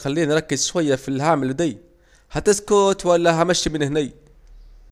خليني اركز شوية في الي هعمله ديه، هتسكووت ولا همشي من اهنيه